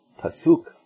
Pasuk